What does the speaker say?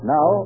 Now